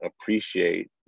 appreciate